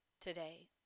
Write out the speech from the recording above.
today